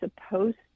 supposed